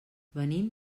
venim